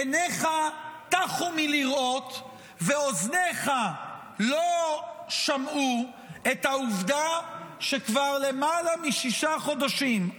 עיניך טחו מלראות ואוזנייך לא שמעו את העובדה שכבר למעלה משישה חודשים,